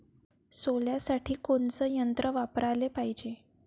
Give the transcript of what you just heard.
सोल्यासाठी कोनचं यंत्र वापराले पायजे?